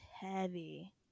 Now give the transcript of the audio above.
heavy